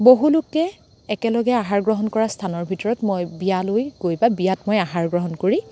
বহুলোকে একেলগে আহাৰ গ্ৰহণ কৰা স্থানৰ ভিতৰত মই বিয়ালৈ গৈ বা বিয়াত মই আহাৰ গ্ৰহণ কৰি